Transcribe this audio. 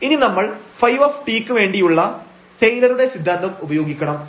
ഇനി നമ്മൾ ɸ ക്ക് വേണ്ടിയുള്ള ടെയ്ലറുടെ സിദ്ധാന്തം Taylor's Theorem ഉപയോഗിക്കണം